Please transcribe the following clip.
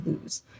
lose